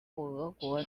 俄国